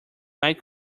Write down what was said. might